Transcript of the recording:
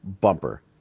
Bumper